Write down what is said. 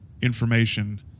information